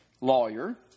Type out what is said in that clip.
lawyer